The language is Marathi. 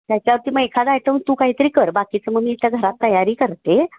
त्याच्यावरती मग एखादा आयटम तू काहीतरी कर बाकीचं मग मी इथं घरात तयारी करते